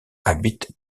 habite